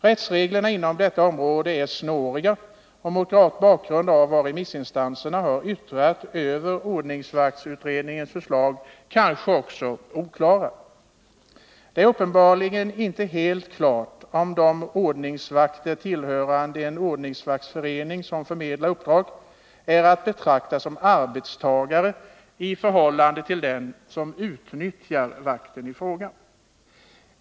Rättsreglerna inom detta område är snåriga och, mot bakgrund av vad remissinstanserna har yttrat över ordningsvaktsutredningens förslag, kanske också oklara. Det är uppenbarligen inte helt klart om de ordningsvakter som tillhör en ordningsvaktsförening som förmedlar uppdrag är att betrakta som arbetstagare i förhållande till den som utnyttjar vakten i fråga.